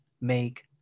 make